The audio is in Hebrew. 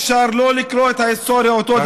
אפשר שלא לקרוא את ההיסטוריה אותו דבר.